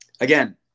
Again